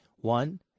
one